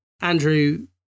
Andrew